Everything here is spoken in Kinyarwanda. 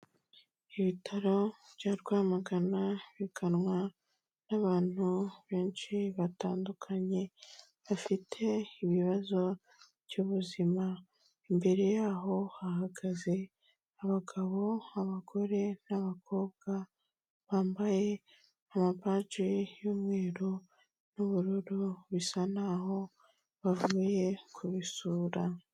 Ibitaro bya Rwamagana biganwa n'abantu benshi batandukanye, bafite ibibazo by'ubuzima, imbere yaho hahagaze abagabo, abagore, n'abakobwa, bambaye amabaji y'umweru n'ubururu bisa naho bavuye kubisura.